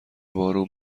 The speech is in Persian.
بارون